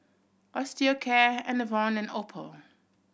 Osteocare Enervon and Oppo